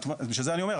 בגלל זה אני אומר,